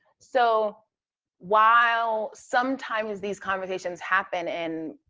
so while sometimes these conversations happen, and